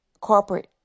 corporate